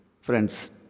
Friends